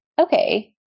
okay